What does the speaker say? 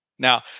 Now